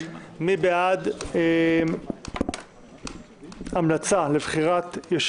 מי בעד המלצה לבחירת חבר הכנסת אלעזר שטרן